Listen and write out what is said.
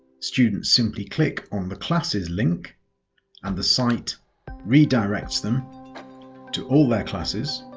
students simply click on the classes link and the site redirects them to all their classes